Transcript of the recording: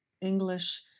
English